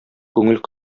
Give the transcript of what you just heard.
күңел